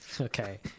okay